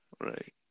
Right